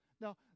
now